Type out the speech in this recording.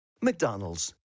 mcdonald's